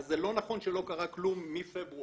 אז זה לא נכון שלא קרה כלום מפברואר.